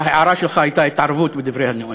ההערה שלך הייתה התערבות בדברי הנואם.